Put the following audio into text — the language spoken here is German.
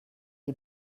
die